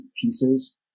pieces